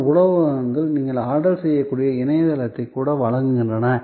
சில உணவகங்கள் நீங்கள் ஆர்டர் செய்யக்கூடிய இணையதளத்தை கூட வழங்குகின்றன